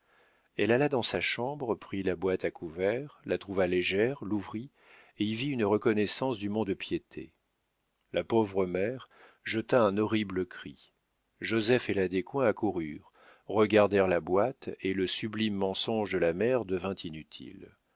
elle alla dans sa chambre prit la boîte à couverts la trouva légère l'ouvrit et y vit une reconnaissance du mont-de-piété la pauvre mère jeta un horrible cri joseph et la descoings accoururent regardèrent la boîte et le sublime mensonge de la mère devint inutile